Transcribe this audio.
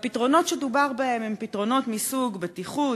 והפתרונות שדובר בהם הם פתרונות מסוג בטיחות,